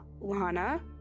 lana